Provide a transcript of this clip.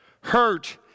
hurt